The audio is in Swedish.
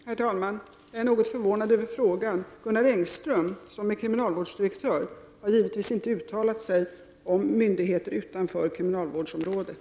Herr talman! Jag är något förvånad över frågan. Gunnar Engström, som är kriminalvårdsdirektör, har givetvis inte uttalat sig om myndigheter utanför kriminalvårdsområdet.